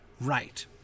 right